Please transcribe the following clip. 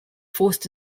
forced